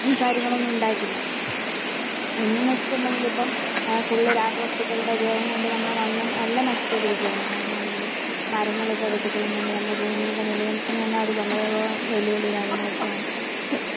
കാര്യങ്ങളൊന്നും ഉണ്ടായിട്ടില്ല ഇന്ന് എന്ന് വെച്ചിട്ടുണ്ടെങ്കിൽ ഇപ്പോൾ ഫുള്ള് രാസവസ്തുക്കളുടെ ഉപയോഗം കൊണ്ട് നമ്മുടെ മണ്ണും എല്ലാം നശിച്ചുകൊണ്ടിരിക്കുകയാണ് മണ്ണ് ആണെങ്കിലും മരങ്ങൾ ഇപ്പോൾ വെട്ടി കളയുന്നതുകൊണ്ട് നമ്മുടെ ഭൂമിയുടെ നിലനിൽപ്പിന് തന്നെ അത് വളരെ വെല്ലുവിളി കാര്യങ്ങൾ ഒക്കെയാണ്